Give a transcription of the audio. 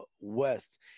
West